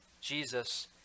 Jesus